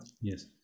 Yes